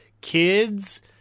kids